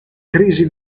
crisi